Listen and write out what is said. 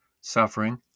suffering